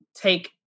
take